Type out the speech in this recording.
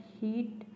heat